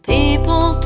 People